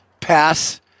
pass